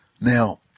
Now